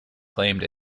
claimed